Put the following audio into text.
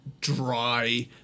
dry